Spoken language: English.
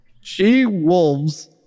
She-Wolves